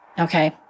Okay